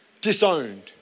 disowned